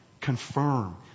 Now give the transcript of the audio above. confirm